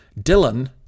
Dylan